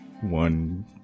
one